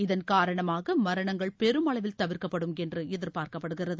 இதன் காரணமாக மரணங்கள் பெருமளவில் தவிர்க்கப்படும் என்று எதிர்பார்க்கப்படுகிறது